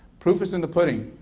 proof is in the pudding,